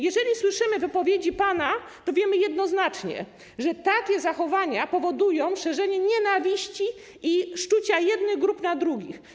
Jeżeli słyszymy pana wypowiedzi, to wiemy jednoznacznie, że takie zachowania powodują szerzenie nienawiści i szczucie jednych grup na drugie.